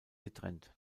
getrennt